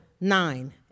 Nine